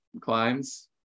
climbs